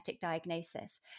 diagnosis